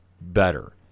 better